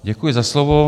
Děkuji za slovo.